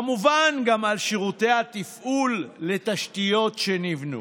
כמובן גם לשירותי התפעול לתשתיות שנבנו.